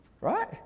Right